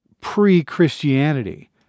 pre-Christianity